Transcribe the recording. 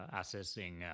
assessing